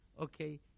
Okay